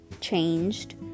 changed